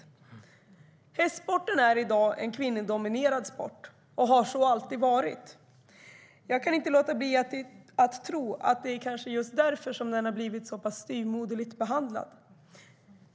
Hästsporten är i dag en kvinnodominerad sport och har så alltid varit. Jag kan inte låta bli att tro att det är just därför som den har blivit så styvmoderligt behandlad.